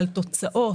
על תוצאות,